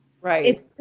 Right